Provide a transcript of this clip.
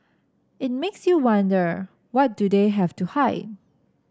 it makes you wonder what do they have to hide